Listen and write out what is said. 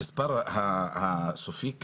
המספר הסופי כאן,